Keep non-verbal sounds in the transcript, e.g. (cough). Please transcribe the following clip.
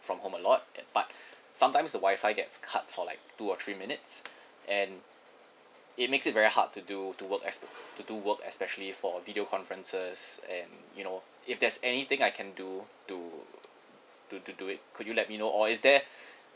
from home a lot at but (breath) sometimes the WI-FI gets cut for like two or three minutes and it makes it very hard to do to work as to to do work especially for video conferences and you know if there's anything I can do to to to do it could you let me know or is there